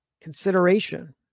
consideration